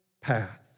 paths